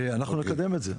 אנחנו נקדם את זה.